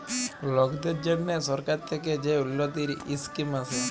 লকদের জ্যনহে সরকার থ্যাকে যে উল্ল্যতির ইসকিম আসে